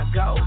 go